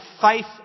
faith